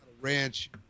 ranch